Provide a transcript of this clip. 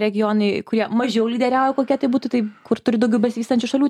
regionai kurie mažiau lyderiauja kokie tai būtų tai kur turi daugiau besivystančių šalių